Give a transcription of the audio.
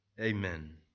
Amen